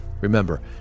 Remember